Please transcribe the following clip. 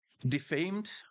defamed